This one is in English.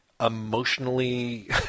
emotionally